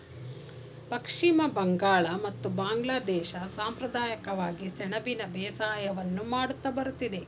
ಪಶ್ಚಿಮ ಬಂಗಾಳ ಮತ್ತು ಬಾಂಗ್ಲಾದೇಶ ಸಂಪ್ರದಾಯಿಕವಾಗಿ ಸೆಣಬಿನ ಬೇಸಾಯವನ್ನು ಮಾಡುತ್ತಾ ಬರುತ್ತಿದೆ